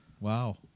Wow